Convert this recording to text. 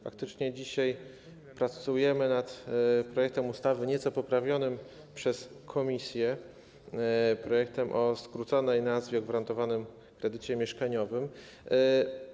Faktycznie dzisiaj pracujemy nad projektem ustawy nieco poprawionym przez komisję, projektem o skróconej nazwie: o gwarantowanym kredycie mieszkaniowym.